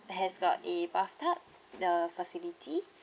has uh a bathtub the facility